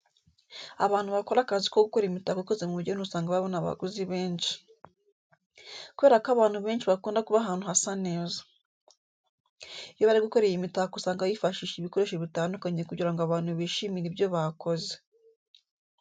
Abantu bakora akazi ko gukora imitako ikoze mu bugeni usanga babona abaguzi benshi, kubera ko abantu benshi bakunda kuba ahantu hasa neza. Iyo bari gukora iyi mitako usanga bifashisha ibikoresho bitandukanye kugira ngo abantu bishimire ibyo bakoze.